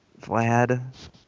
Vlad